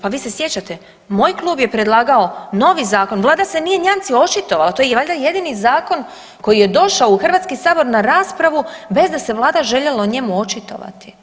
Pa vi se sjećate, moj klub je predlagao novi zakon, Vlada se nije nijanci očitovala to je valjda jedini zakon koji je došao u HS na raspravu bez da se Vlada željela o njemu očitovati.